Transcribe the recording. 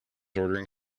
ordering